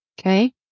okay